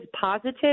positive